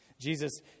Jesus